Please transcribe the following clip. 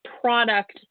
product